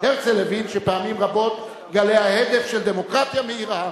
הרצל הבין שפעמים רבות גלי ההדף של דמוקרטיה מהירה,